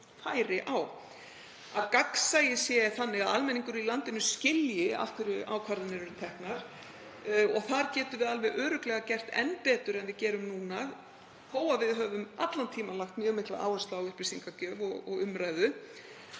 okkur færi á, og að gagnsæið sé þannig að almenningur í landinu skilji af hverju ákvarðanir eru teknar. Þar getum við alveg örugglega gert enn betur en við gerum núna þó að við höfum allan tímann lagt mjög mikla áherslu á upplýsingagjöf og umræðu.